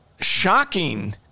shocking